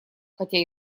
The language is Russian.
хотя